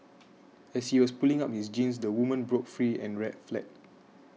as he was pulling up his jeans the woman broke free and fled